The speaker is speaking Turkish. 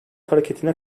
hareketine